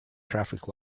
traffic